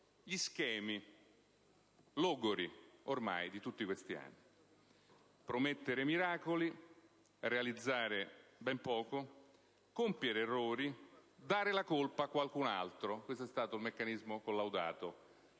gli schemi logori ormai di tutti questi anni: promettere miracoli, realizzare ben poco, compiere errori, dare la colpa a qualcun altro. Questo è stato il meccanismo collaudato